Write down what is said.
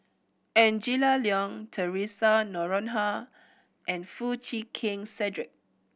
Angela Liong Theresa Noronha and Foo Chee Keng Cedric